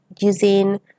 using